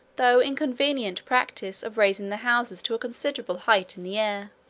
though inconvenient, practice of raising the houses to a considerable height in the air.